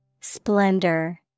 Splendor